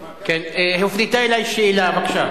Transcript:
הופנתה אלי שאלה, בבקשה.